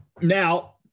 Now